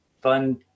fun